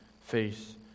face